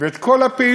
ואת כל הפעילות,